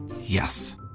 Yes